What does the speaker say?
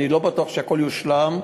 אני לא בטוח שהכול יושלם,